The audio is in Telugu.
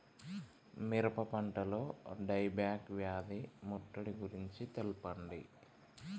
మిరప పంటలో డై బ్యాక్ వ్యాధి ముట్టడి గురించి తెల్పండి?